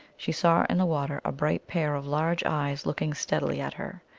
she saw in the water a bright pair of large eyes looking steadily at her.